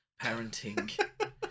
parenting